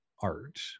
art